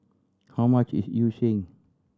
how much is Yu Sheng